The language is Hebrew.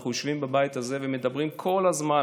אנחנו יושבים בבית הזה ומדברים כל הזמן